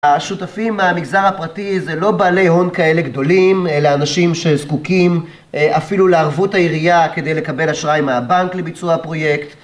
השותפים מהמגזר הפרטי זה לא בעלי הון כאלה גדולים, אלא אנשים שזקוקים אפילו לערבות העירייה כדי לקבל אשראי מהבנק לביצוע פרויקט